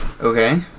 Okay